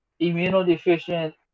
immunodeficient